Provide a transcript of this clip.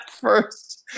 first